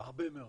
הרבה מאוד,